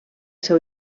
seu